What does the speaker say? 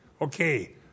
Okay